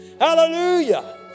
Hallelujah